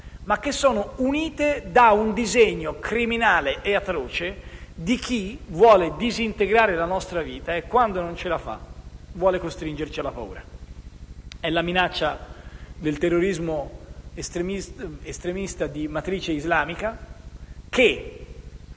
pianeta, unite dal disegno criminale e atroce di chi vuole disintegrare la nostra vita e, quando non ce la fa, vuole costringerci alla paura. È la minaccia del terrorismo estremista di matrice islamica, che